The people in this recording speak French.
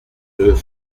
deux